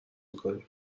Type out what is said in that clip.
میکنیم